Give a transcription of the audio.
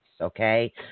okay